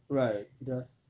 right it does